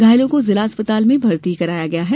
घायलों को जिला अस्पताल में भर्ती कराया गया है